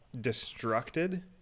destructed